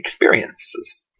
experiences